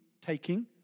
taking